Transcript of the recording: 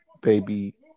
baby